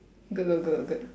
good good good good